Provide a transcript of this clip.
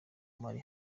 uri